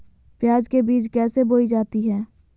प्याज के बीज कैसे बोई जाती हैं?